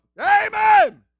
Amen